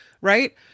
right